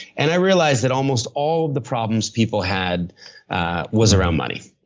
and i realized that almost all the problems people had was around money.